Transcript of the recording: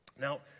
Now